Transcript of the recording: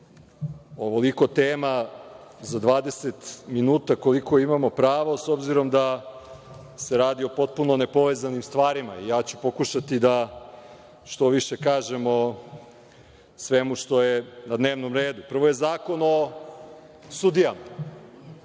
ovoliko tema za 20 minuta, koliko imamo pravo, s obzirom da se radi o potpuno nepovezanim stvarima. Ja ću pokušati da što više kažem o svemu što je na dnevnom redu. Prvo je Zakon o sudijama.